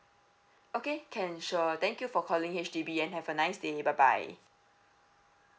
okay can sure thank you for calling H_D_B and have a nice day bye bye